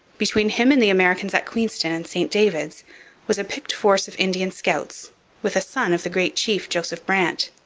between him and the americans at queenston and st david's was a picked force of indian scouts with a son of the great chief joseph brant.